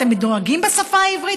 אתם מדורגים בשפה העברית,